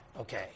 okay